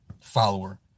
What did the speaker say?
follower